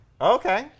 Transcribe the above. Okay